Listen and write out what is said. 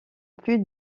plus